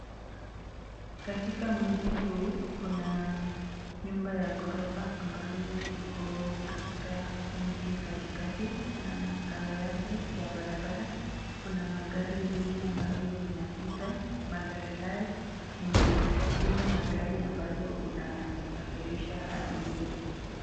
Katika mjii huu kuna nyumba ya gorofa ambayo iko katika mji katikati na kando yake ya barabara kuna magari mbili ambavyo vinapita. Magari haya ni zile magari ambayo unasafirisha abiria.